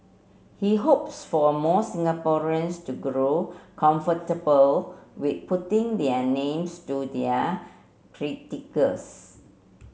he hopes for more Singaporeans to grow comfortable with putting their names to their